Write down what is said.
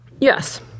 Yes